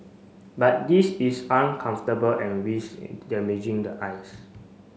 but this is uncomfortable and risk damaging the eyes